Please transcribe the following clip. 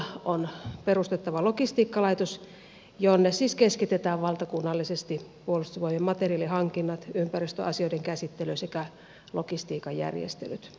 uutena on myös perustettava logistiikkalaitos jonne siis keskitetään valtakunnallisesti puolustusvoimien materiaalihankinnat ympäristöasioiden käsittely sekä logistiikan järjestelyt